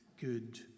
good